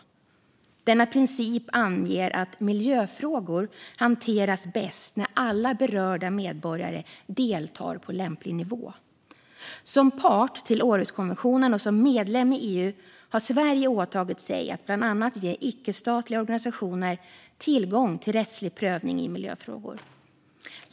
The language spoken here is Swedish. Denna princip anger att miljöfrågor hanteras bäst när alla berörda medborgare deltar på lämplig nivå. Som part till Århuskonventionen och som medlem i EU har Sverige åtagit sig att bland annat ge icke-statliga organisationer tillgång till rättslig prövning i miljöfrågor.